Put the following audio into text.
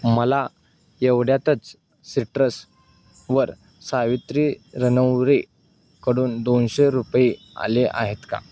मला एवढ्यातच सिट्रस वर सावित्री रनौरे कडून दोनशे रुपये आले आहेत का